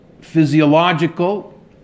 physiological